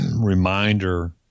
reminder